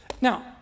Now